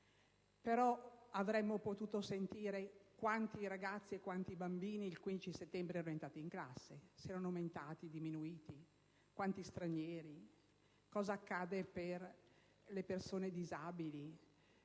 però voluto ascoltare quanti ragazzi e quanti bambini il 15 settembre sono entrati in classe, se sono aumentati o diminuiti, quanti sono gli stranieri, cosa accade per le persone disabili